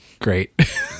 great